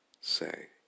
say